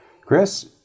Chris